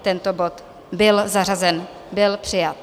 Tento bod byl zařazen, byl přijat.